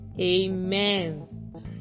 Amen